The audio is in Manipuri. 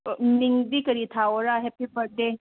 ꯃꯤꯡꯗꯤ ꯀꯔꯤ ꯊꯥꯎꯔ ꯍꯦꯞꯄꯤ ꯕꯥꯔꯠꯗꯦ